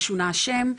שונה שם,